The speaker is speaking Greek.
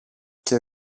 και